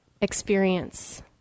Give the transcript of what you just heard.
experience